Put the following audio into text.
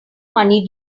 money